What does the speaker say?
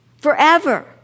forever